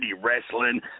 wrestling